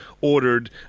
ordered